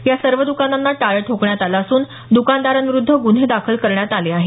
या सर्व दुकानांना टाळं ठोकण्यात आलं असून दुकानदाराविरूद्ध गुन्हे दाखल करण्यात आले आहेत